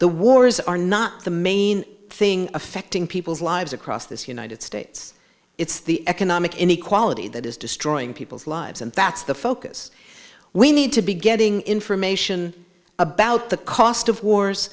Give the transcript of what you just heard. the wars are not the main thing affecting people's lives across this united states it's the economic inequality that is destroying people's lives and that's the focus we need to be getting information about the cost of wars